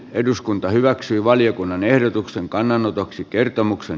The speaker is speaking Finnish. eduskunta hyväksyy valiokunnan ehdotuksen kannanotoksi kertomuksen